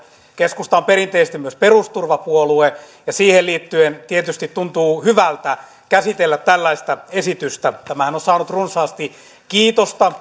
keskusta on perinteisesti myös perusturvapuolue ja siihen liittyen tietysti tuntuu hyvältä käsitellä tällaista esitystä tämähän on saanut runsaasti kiitosta